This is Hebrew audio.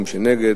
מי שנגד,